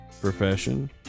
profession